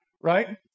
right